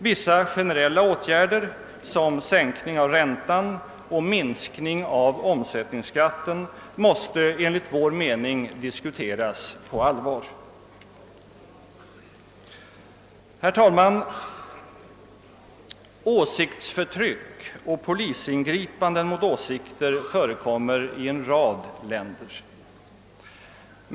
Vissa generella åtgärder såsom sänkning av räntan och minskning av omsättningsskatten måste enligt vår mening diskuteras på allvar. Herr talman! Åsiktsförtryck och polisingripanden mot åsikter förekommer i en rad länder.